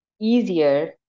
easier